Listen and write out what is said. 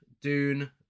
Dune